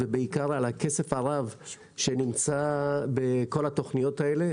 ובעיקר על הכסף הרב שנמצא בתוכניות האלה.